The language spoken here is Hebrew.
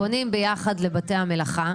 -- פונים יחד לבתי המלאכה.